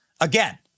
again